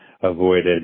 avoided